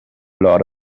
lot